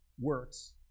works